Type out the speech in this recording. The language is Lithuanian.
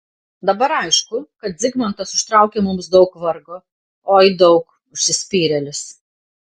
dabar aišku kad zigmantas užtraukė mums daug vargo oi daug užsispyrėlis